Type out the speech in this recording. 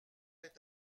est